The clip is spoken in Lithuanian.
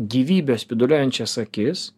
gyvybę spinduliuojančias akis